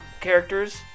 characters